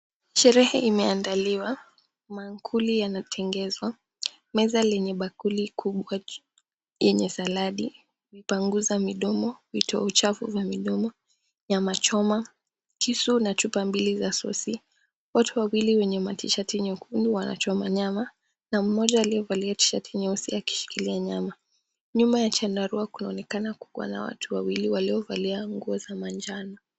Sherehe imeandaliwa, maakuli yanatengezwa, meza lenye bakuli kubwa yenye saladi, vipanguza midomo, vitoa uchafu vya midomo, nyama choma, kisu na chupa mbili za sauce . Watu wawili wenye ma t-shirt nyekundu wanachoma nyama na mmoja aliyevalia t-shirt nyeusi akishikilia nyama. Nyuma ya chandarua kunaonekana kukuwa na watu wawili waliovalia nguo za manjano.